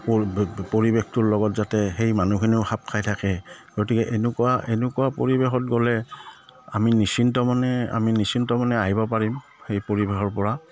পৰিৱেশটোৰ লগত যাতে সেই মানুহখিনিও খাপপ খাই থাকে গতিকে এনেকুৱা এনেকুৱা পৰিৱেশত গ'লে আমি নিশ্চিন্ত মনে আমি নিশ্চিন্ত মানে আহিব পাৰিম সেই পৰিৱেশৰ পৰা